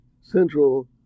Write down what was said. central